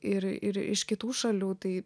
ir ir iš kitų šalių tai